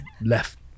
left